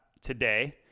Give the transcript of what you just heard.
today